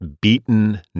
beaten